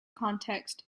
context